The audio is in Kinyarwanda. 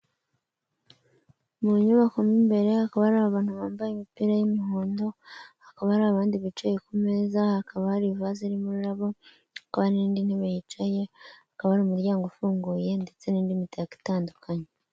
Mu nyubako mo imbere hakaba hari abantu bambaye imipira y'umuhondo, hakaba hari abandi bicaye ku meza, hakaba hari vase irimo ururabo, hakaba hari n'indi ntebe yicaye, hakaba hari umuryango ufunguye ndetse n'indi mitako itandukanye.